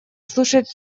слушать